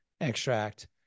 extract